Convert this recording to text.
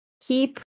keep